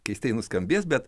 keistai nuskambės bet